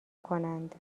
کنند